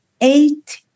eight